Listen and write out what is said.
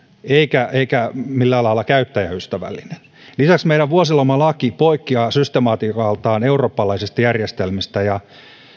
eikä millään lailla käyttäjäystävällinen lisäksi meidän vuosilomalaki poikkeaa systematiikaltaan eurooppalaisista järjestelmistä ja